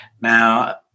Now